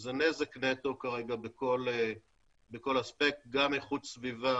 זה נזק נטו כרגע בכל אספקט, גם איכות סביבה